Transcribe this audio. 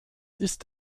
ist